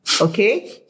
okay